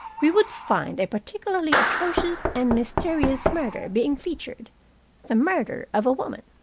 we would find a particularly atrocious and mysterious murder being featured the murder of a woman.